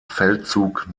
feldzug